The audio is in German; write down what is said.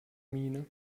miene